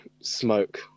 smoke